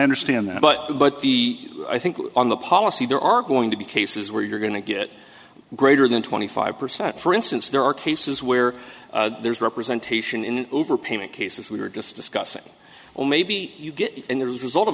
understand that but but the i think on the policy there are going to be cases where you're going to get greater than twenty five percent for instance there are cases where there's representation in overpayment cases we were just discussing or maybe you get in the result of